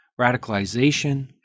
radicalization